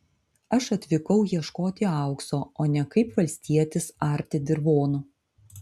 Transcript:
aš atvykau ieškoti aukso o ne kaip valstietis arti dirvonų